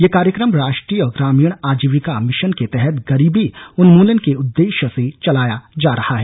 यह कार्यक्रम राष्ट्रीय ग्रामीण आजीविका मिशन के तहत गरीबी उन्मूलन के उद्देश्य से चलाया जा रहा है